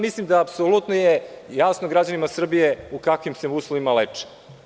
Mislim da je apsolutno jasno građanima Srbije u kakvim se uslovima leče.